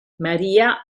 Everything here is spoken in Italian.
maria